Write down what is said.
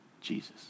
Jesus